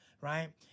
right